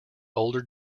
older